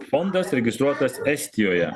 fondas registruotas estijoje